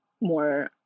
more